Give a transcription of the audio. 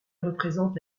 représente